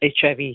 HIV